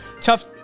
tough